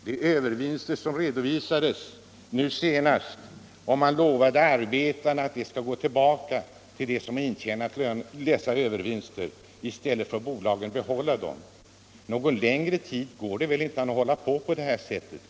Nu senast lovade man arbetarna att de övervinster som redovisades skulle gå tillbaka till dem som arbetat in dem, men i stället får bolagen behålla dem. Någon längre tid går det väl inte att fortsätta på det här sättet.